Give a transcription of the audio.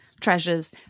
treasures